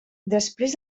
després